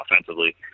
offensively